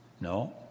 No